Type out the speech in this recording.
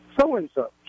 so-and-so